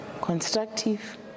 constructive